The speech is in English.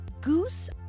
Goose